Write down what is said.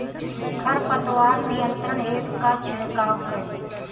खर पतवार नियंत्रण हेतु का छिड़काव करी?